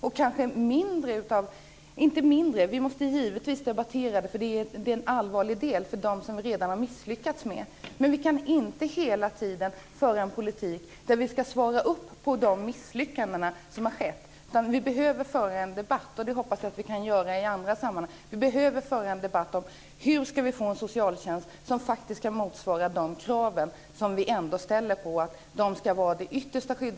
Vi måste givetvis debattera ungdomsbrottslingarna, eftersom det är allvarligt att man har misslyckats med dem, men vi kan inte hela tiden föra en politik där vi ska ta hand om de misslyckanden som har skett. Vi behöver föra en debatt om hur vi ska få en socialtjänst som kan svara mot de krav som vi ställer på att den ska vara det yttersta skyddsnätet. Jag hoppas att vi kan göra det i andra sammanhang.